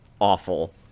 awful